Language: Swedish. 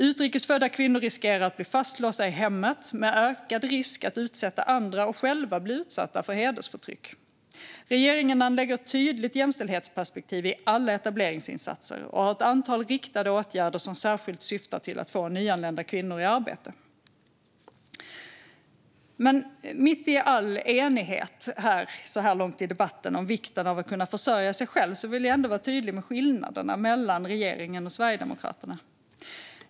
Utrikes födda kvinnor riskerar att bli fastlåsta i hemmet med ökad risk att utsätta andra och själva bli utsatta för hedersförtryck. Regeringen anlägger ett tydligt jämställdhetsperspektiv i alla etableringsinsatser och har ett antal riktade åtgärder som särskilt syftar till att få nyanlända kvinnor i arbete. Mitt i all enighet så här långt i debatten om vikten av att kunna försörja sig själv vill jag ändå vara tydlig med skillnaderna mellan regeringen och Sverigedemokraterna.